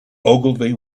ogilvy